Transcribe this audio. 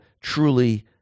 truly